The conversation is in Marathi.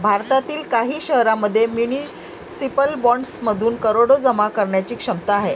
भारतातील काही शहरांमध्ये म्युनिसिपल बॉण्ड्समधून करोडो जमा करण्याची क्षमता आहे